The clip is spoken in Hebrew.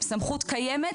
סמכות קיימת